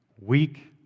weak